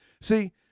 See